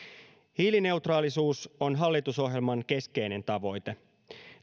hiilineutraalisuus on hallitusohjelman keskeinen tavoite